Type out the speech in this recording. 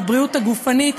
בבריאות הגופנית,